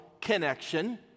connection